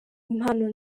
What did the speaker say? impano